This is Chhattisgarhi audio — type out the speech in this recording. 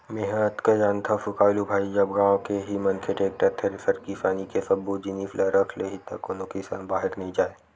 मेंहा अतका जानथव सुकालू भाई जब गाँव के ही मनखे टेक्टर, थेरेसर किसानी के सब्बो जिनिस ल रख लिही त कोनो किसान बाहिर नइ जाय